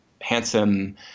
handsome